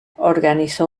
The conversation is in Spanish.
organizó